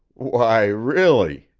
why, really,